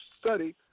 study